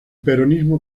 peronismo